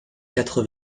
quatre